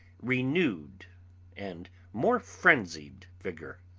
renewed and more frenzied vigour.